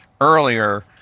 earlier